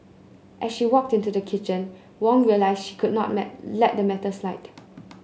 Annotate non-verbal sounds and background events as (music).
as she walked into the kitchen Wong realised she could not (unintelligible) let the matter slide